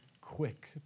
quick